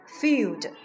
field